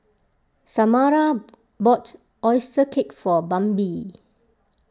Samara bought Oyster Cake for Bambi